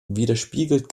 widerspiegelt